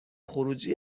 خروجی